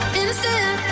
innocent